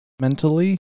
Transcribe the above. mentally